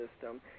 system